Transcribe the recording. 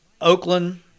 Oakland